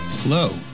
Hello